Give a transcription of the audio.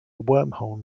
wormhole